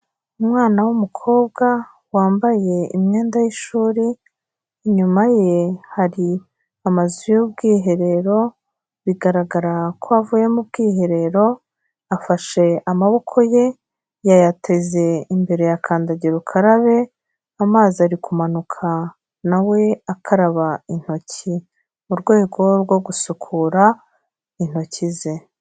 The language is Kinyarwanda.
Umwana w'umukobwa wambaye imyenda y'ishuri, inyuma ye hari amazu y'ubwiherero bigaragara ko avuye mu bwiherero, afashe amaboko ye yayateze imbere ya kandagira ukarabe, amazi ari kumanuka na we akaraba intoki mu rwego rwo gusukura intoki ze.